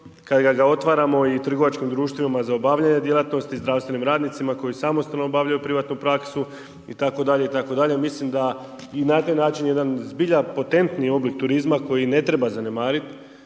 kada ga otvaramo i trgovačkim društvima za obavljanje djelatnosti, zdravstvenim radnicima koji samostalno obavljaju privatnu praksu itd., itd., mislim da i na taj način jedan zbilja potentni oblik turizma koji ne treba zanemariti